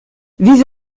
vis